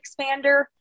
expander